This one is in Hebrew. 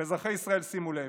ואזרחי ישראל, שימו לב: